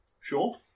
Sure